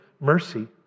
mercy